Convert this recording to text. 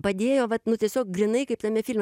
padėjo vat nu tiesiog grynai kaip tame filme